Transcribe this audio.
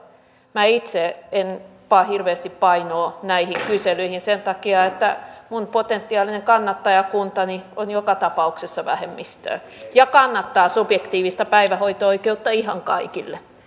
minä itse en pane hirveästi painoa näihin kyselyihin sen takia että minun potentiaalinen kannattajakuntani on joka tapauksessa vähemmistöä ja kannattaa subjektiivista päivähoito oikeutta ihan kaikille